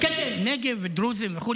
כן, כן, נגב ודרוזים וכו'.